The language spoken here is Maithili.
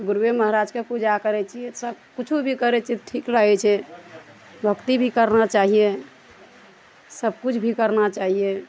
गुरुए महाराजके पूजा करै छियै सब किछो भी करै छियै तऽ ठीक रहै छै भक्ति भी करबा चाहिए सबकिछु भी करबा चाहिए